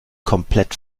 komplett